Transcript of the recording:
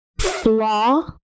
flaw